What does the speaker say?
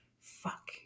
Fuck